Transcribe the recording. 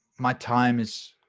my time is,